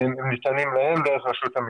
ניתנים להם דרך רשות המסים.